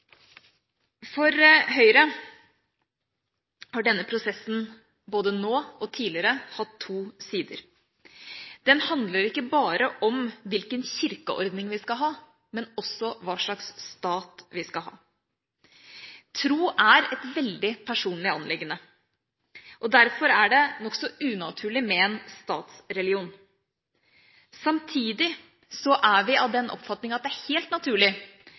For Høyre har denne prosessen, både nå og tidligere, hatt to sider. Den handler ikke bare om hvilken kirkeordning vi skal ha, men også hva slags stat vi skal ha. Tro er et veldig personlig anliggende. Derfor er det nokså unaturlig med en statsreligion. Samtidig er vi av den oppfatning at det er helt naturlig